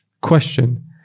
Question